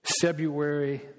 February